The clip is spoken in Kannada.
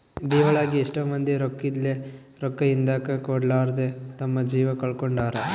ದಿವಾಳಾಗಿ ಎಷ್ಟೊ ಮಂದಿ ರೊಕ್ಕಿದ್ಲೆ, ರೊಕ್ಕ ಹಿಂದುಕ ಕೊಡರ್ಲಾದೆ ತಮ್ಮ ಜೀವ ಕಳಕೊಂಡಾರ